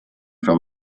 from